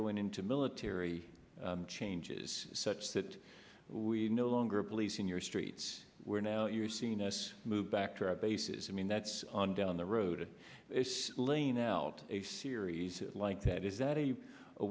going into military changes such that we no longer police in your streets we're now you're seeing us move back to our bases i mean that's on down the road laying out a series like that is that a